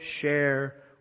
share